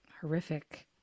horrific